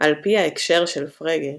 על פי עקרון ההקשר של פרגה,